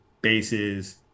bases